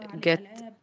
get